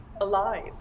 alive